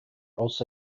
also